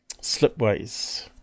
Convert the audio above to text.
slipways